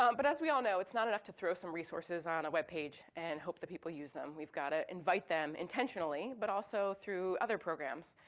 um but as we all know, it's not enough to throw some resources on a web page and hope that people use them. we've gotta invite them intentionally, but also through other programs.